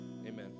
Amen